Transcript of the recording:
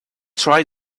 try